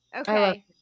Okay